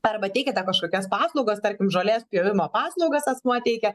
arba teikiate kažkokias paslaugas tarkim žolės pjovimo paslaugas asmuo teikia